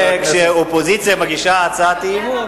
חשוב שכשהאופוזיציה מגישה הצעת אי-אמון,